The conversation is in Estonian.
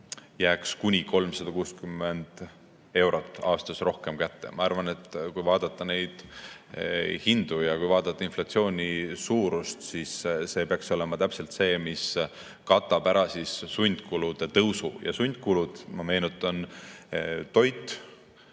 kuni 360 eurot aastas rohkem kätte. Ma arvan, et kui vaadata hindu ja vaadata inflatsiooni suurust, siis see peaks olema see, mis katab ära sundkulude kasvu. Sundkulud, ma meenutan, on toit,